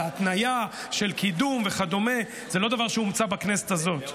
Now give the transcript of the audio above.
התניה של קידום וכדומה היא לא דבר שהומצא בכנסת הזאת.